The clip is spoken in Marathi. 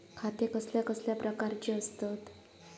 खाते कसल्या कसल्या प्रकारची असतत?